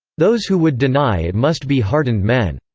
those who would deny it must be hardened men.